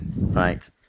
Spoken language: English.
Right